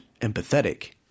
empathetic